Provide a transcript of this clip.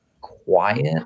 quiet